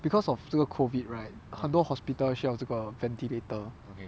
because of 这个 COVID right 很多 hospital 需要这个 ventilator